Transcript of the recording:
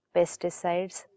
...pesticides